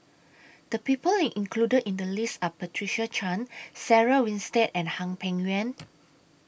The People included in The list Are Patricia Chan Sarah Winstedt and Hwang Peng Yuan